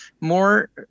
more